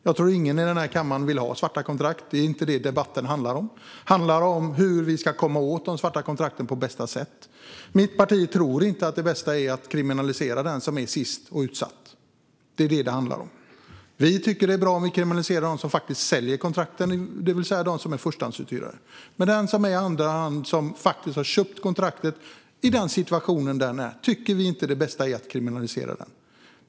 Jag tror inte att någon i denna kammare vill ha svarta kontrakt. Debatten handlar inte om det utan om hur vi ska komma åt de svarta kontrakten på bästa sätt. Mitt parti tror inte att det bästa är att kriminalisera den som är sist i ledet och utsatt. Det är det som det handlar om. Vi tycker att det är bra att kriminalisera dem som säljer kontrakten, det vill säga de som är förstahandsuthyrare. Men att kriminalisera den som köper ett kontrakt på grund av sin situation är inte det bästa, tycker vi.